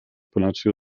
palacio